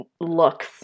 looks